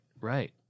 right